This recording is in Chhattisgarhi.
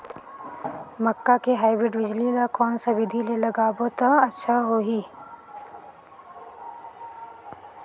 मक्का के हाईब्रिड बिजली ल कोन सा बिधी ले लगाबो त अच्छा होहि?